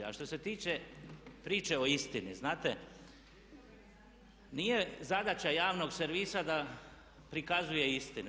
A što se tiče priče o istini, znate nije zadaća javnog servisa da prikazuje istine.